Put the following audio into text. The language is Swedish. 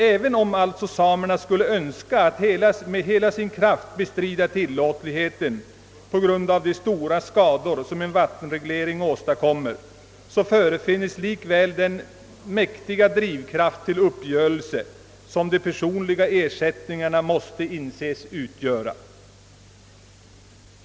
Även om samerna skulle önska att med hela sin kraft be strida tillåtligheten på grund av de sto: ra skador som en vattenreglering åstadkommer, så förefinnes likväl den mäktiga drivkraft till uppgörelse som de personliga ersättningarna måste anses utgöra.